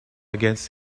against